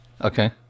Okay